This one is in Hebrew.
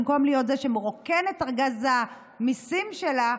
במקום להיות זה שמרוקן את ארגז המיסים שלה,